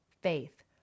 faith